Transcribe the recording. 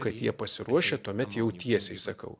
kad jie pasiruošę tuomet jau tiesiai sakau